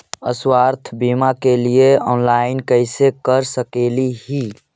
स्वास्थ्य बीमा के लिए ऑनलाइन कैसे कर सकली ही?